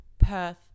Perth